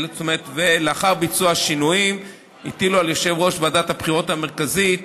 ולאחר ביצוע השינויים הטילו על יושב-ראש ועדת הבחירות המרכזית